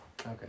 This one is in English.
Okay